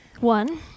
One